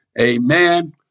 Amen